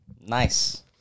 Nice